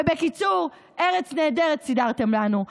בקיצור, ארץ נהדרת סידרתם לנו.